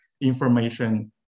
information